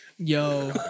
Yo